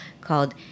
called